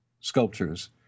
sculptures